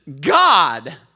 God